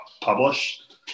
published